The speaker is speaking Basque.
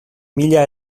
mila